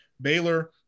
Baylor